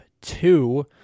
two